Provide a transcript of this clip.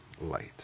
light